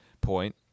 point